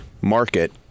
market